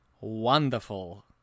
wonderful